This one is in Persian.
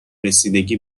رسیدگی